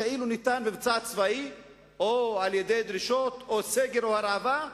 כאילו ניתן במבצע צבאי או על-ידי דרישות או סגר או הרעבה,